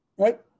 right